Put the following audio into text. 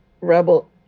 Rebel